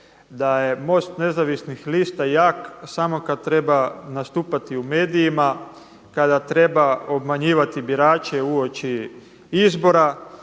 da je MOST Nezavisnih lita jak samo kada treba nastupati u medijima, kada treba obmanjivati birače uoči izbora,